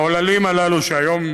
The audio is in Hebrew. העוללים הללו, שהיום